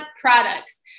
products